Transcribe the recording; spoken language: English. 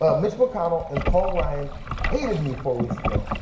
ah mitch mcconnell and paul ryan hated me for weeks ago.